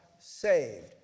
saved